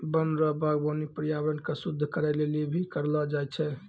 वन रो वागबानी पर्यावरण के शुद्ध करै लेली भी करलो जाय छै